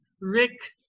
Rick